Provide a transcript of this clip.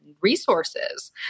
resources